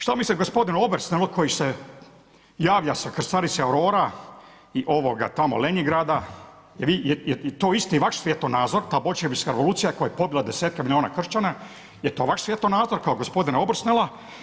Šta misli gospodin Obersnelu koji se javlja sa krstarice Aurora i Lenjingrada jel to isti vaš svjetonazor ta boljševička revolucija koja je pobila desetke milijuna kršćana jel to vaš svjetonazor kao gospodina Obersnela?